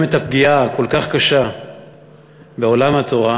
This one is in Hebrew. את הפגיעה הכל-כך קשה בעולם התורה,